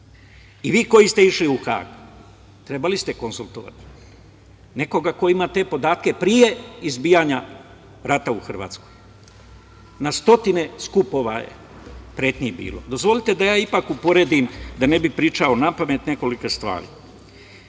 I vi koji ste išli u Hag trebali ste konsultovati nekoga ko ima te podatke pre izbijanja rata u Hrvatskoj. Na stotine skupova je pretnji bilo. Dozvolite da ja ipak uporedim, da ne bih pričao napamet, nekoliko stvari.